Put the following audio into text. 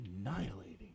annihilating